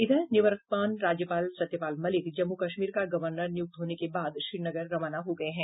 इधर निवर्तमान राज्यपाल सत्यपाल मलिक जम्मू कश्मीर का गवर्नर नियुक्त होने के बाद श्रीनगर रवाना हो गये हैं